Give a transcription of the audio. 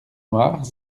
noire